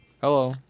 Hello